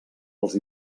els